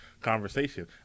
conversation